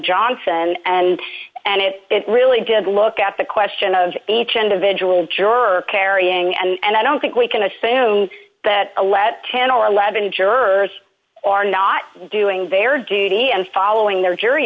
johnson and and it really did look at the question of each individual jerk carrying and i don't think we can assume that a let ten or eleven jurors are not doing their duty and following their jury